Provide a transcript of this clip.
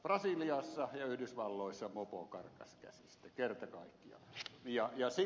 brasiliassa ja yhdysvalloissa mopo karkasi käsistä kerta kaikkiaan